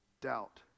Doubt